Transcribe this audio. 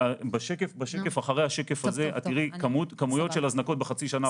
בשקף שאחרי השקף הזה את תראי כמויות של הזנקות בחצי השנה האחרונה.